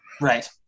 Right